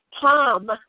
Tom